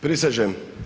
Prisežem.